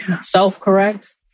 self-correct